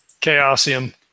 Chaosium